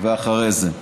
ואחרי זה.